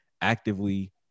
actively